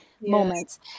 moments